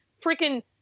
freaking